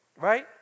Right